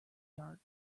dark